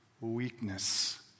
weakness